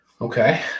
Okay